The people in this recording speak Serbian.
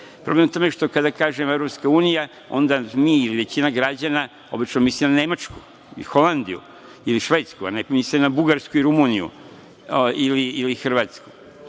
Problem je u tome što kada kažem EU, onda mi ili većina građana obično misle na Nemačku, Holandiju ili Švedsku, a neki misle na Bugarsku i Rumuniju ili Hrvatsku.